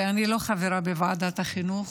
ואני לא חברה בוועדת החינוך,